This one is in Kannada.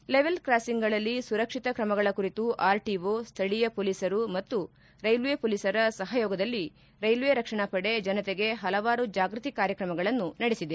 ಲೆವೆಲ್ ಕ್ರಾಸಿಂಗ್ಗಳಲ್ಲಿ ಸುರಕ್ಷಿತ ಕ್ರಮಗಳ ಕುರಿತು ಆರ್ಟಿಓ ಸ್ಥಳೀಯ ಪೊಲೀಸರು ಮತ್ತು ರೈಲ್ವೆ ಪೊಲೀಸರ ಸಹಯೋಗದಲ್ಲಿ ರೈಲ್ವೆ ರಕ್ಷಣಾ ಪಡೆ ಜನತೆಗೆ ಹಲವಾರು ಜಾಗೃತಿ ಕಾರ್ಯಕ್ರಮಗಳನ್ನು ನಡೆಸಿದೆ